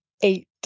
eight